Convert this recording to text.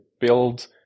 build